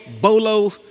Bolo